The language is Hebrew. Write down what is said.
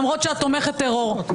למרות שאת תומכת טרור.